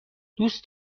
دوست